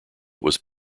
was